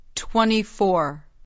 Twenty-four